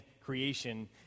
creation